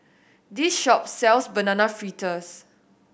this shop sells Banana Fritters